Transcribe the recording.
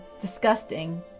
disgusting